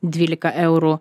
dvylika eurų